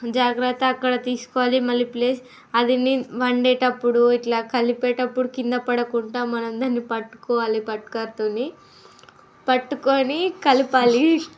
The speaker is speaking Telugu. జాగ్రత్త అక్కడ తీసుకోవాలి మళ్ళీ ప్లస్ అదిని వండేటప్పుడు ఇట్లా కలిపేటప్పుడు కింద పడుకుండా మనం దాన్ని పట్టుకోవాలి పట్టకర్రతోని పట్టుకొని కలపాలి